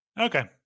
Okay